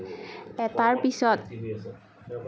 এটাৰ পিছত